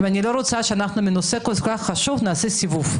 ואני לא רוצה שבנושא כל כך חשוב נעשה סיבוב,